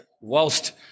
whilst